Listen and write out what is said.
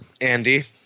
Andy